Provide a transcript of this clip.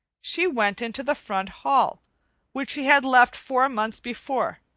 she went into the front hall which she had left four months before,